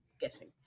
guessing